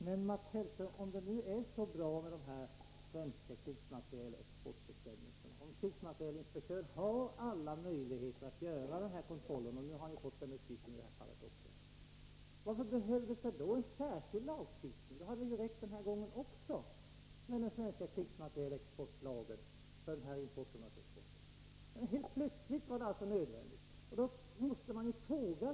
Herr talman! Om nu de svenska bestämmelserna för krigsmaterielexport är så bra som Mats Hellström säger, om krigsmaterielinspektören har alla möjligheter att göra sina kontroller — han har nu fått den uppgiften också i detta fall —, varför behövs då en särskild lagstiftning? Den svenska krigsmaterielexportlagen borde ha räckt även denna gång för den här importen och exporten. Helt plötsligt var det alltså nödvändigt med en ny lag!